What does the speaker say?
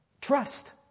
Trust